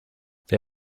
they